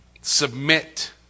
submit